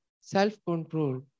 self-control